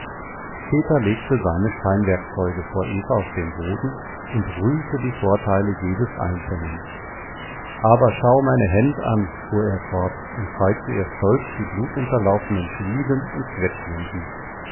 peter legte seine steinwerkzeuge vor eva auf den boden und rühmte die vorteile jedes einzelnen aber schau meine händ an fuhr er fort und zeigte ihr stolz die blutunterlaufenen schwielen und